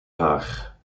haar